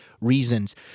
reasons